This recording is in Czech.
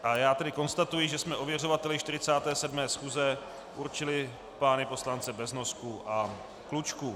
A já tedy konstatuji, že jsme ověřovateli 47. schůze určili pány poslance Beznosku a Klučku.